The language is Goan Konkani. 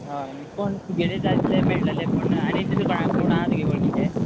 हय पूण तुगेले जाय तितले मेळटले पूण आनीक तितू कोणा कोण आसा तुगे वळखीचे